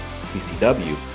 CCW